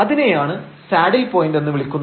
അതിനെയാണ് saddle point എന്ന് വിളിക്കുന്നത്